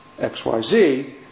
XYZ